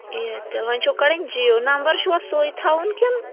Airtel وَنۍ چھو کَڑٕنۍ جِیو نمبَر چھُوا سُے تھاوُن کِن